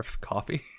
coffee